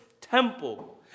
temple